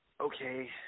Okay